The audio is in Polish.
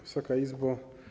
Wysoka Izbo!